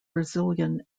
brazilian